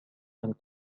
and